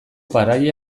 paraje